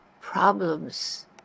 problems